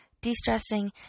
de-stressing